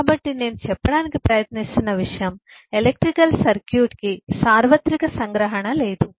కాబట్టి నేను చెప్పడానికి ప్రయత్నిస్తున్న విషయం ఎలక్ట్రికల్ సర్క్యూట్ కి సార్వత్రిక సంగ్రహణ లేదు